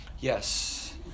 Yes